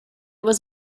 was